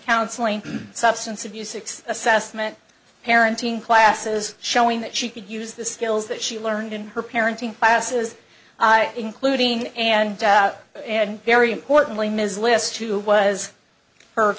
counseling substance abuse six assessment parenting classes showing that she could use the skills that she learned in her parenting classes including and and very importantly ms list who was her